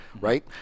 right